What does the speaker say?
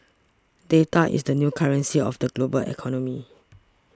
data is the new currency of the global economy